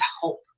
hope